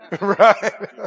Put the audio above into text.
Right